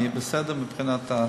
אני בסדר מבחינת הזמן.